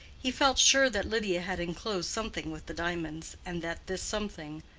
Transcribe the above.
he felt sure that lydia had enclosed something with the diamonds, and that this something,